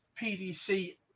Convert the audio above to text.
PDC